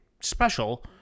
special